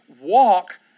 walk